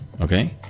Okay